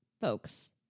folks